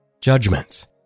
judgments